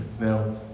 now